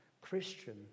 Christian